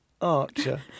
Archer